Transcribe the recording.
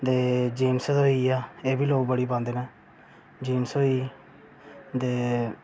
ते जीन्स दा होई गेआ एह् बी लोक बड़ी पांदे न जीन्स होई गेई ते